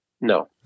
No